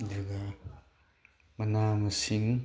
ꯑꯗꯨꯒ ꯃꯅꯥ ꯃꯁꯤꯉ